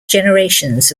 generations